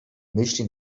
myśli